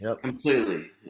completely